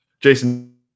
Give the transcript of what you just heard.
Jason